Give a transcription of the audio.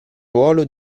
ruolo